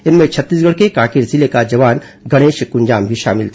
इनमें छत्तीसगढ़ के कांकेर जिले का जवान गणेश कुंजाम भी शामिल था